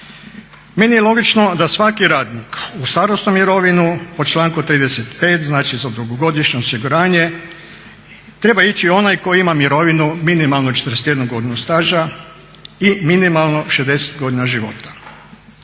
Meni je logično da svaki radnik u starosnu mirovinu po članku 35.znači za dugogodišnje osiguranje treba ići onaj tko ima mirovinu minimalno 41 godinu staža i minimalno 60 godina života.